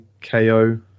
ko